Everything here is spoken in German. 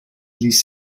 ließ